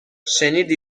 شنیدی